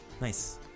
nice